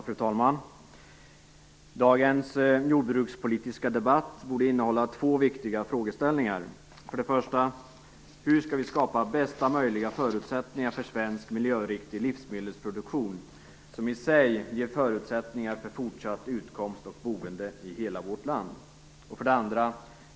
Fru talman! Dagens jordbrukspolitiska debatt borde innehålla två viktiga frågeställningar: 1. Hur skall vi skapa bästa möjliga förutsättningar för svensk miljöriktig livsmedelsproduktion, som i sig ger förutsättningar för fortsatt utkomst och boende i hela vårt land? 2.